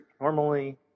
Normally